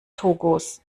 togos